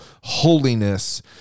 holiness